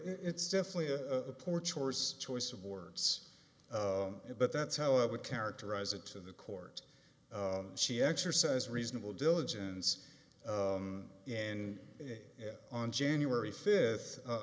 it's definitely a poor choice choice of words but that's how i would characterize it to the court she exercise reasonable diligence and on january fifth